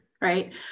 Right